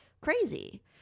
crazy